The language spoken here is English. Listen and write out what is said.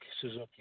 Suzuki